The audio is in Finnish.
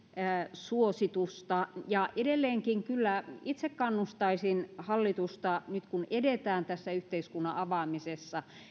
suositusta edelleenkin kyllä itse kannustaisin hallitusta nyt kun edetään tässä yhteiskunnan avaamisessa